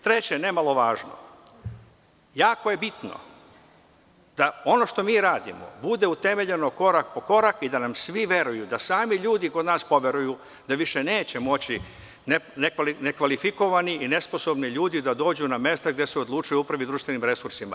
Treće, ne malo važno, jako je bitno da ono što mi radimo bude utemeljeno korak po korak i da nam svi veruju, da sami ljudi kod nas poveruju da više neće moći nekvalifikovani i nesposobni ljudi da dođu na mesta gde se odlučuje o upravi u društvenim resursima.